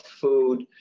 food